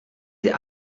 sie